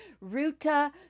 Ruta